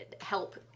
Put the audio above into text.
help